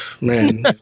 Man